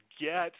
get